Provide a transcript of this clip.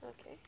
Okay